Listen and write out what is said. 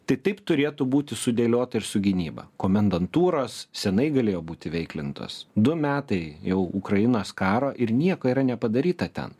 tai taip turėtų būti sudėliota ir su gynyba komendantūros seniai galėjo būt įveiklintos du metai jau ukrainos karo ir nieko yra nepadaryta ten